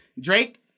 Drake